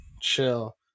chill